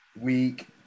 week